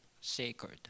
sacred